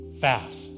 fast